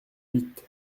huit